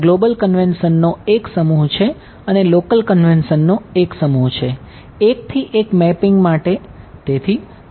ત્યાં ગ્લોબલ કન્વેન્શનનો એક સમૂહ છે અને લોકલ કન્વેન્શનનો એક સમૂહ છે 1 થી 1 મેપિંગ માટે